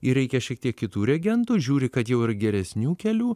ir reikia šiek tiek kitų regentų žiūri kad jau ir geresnių kelių